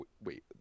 wait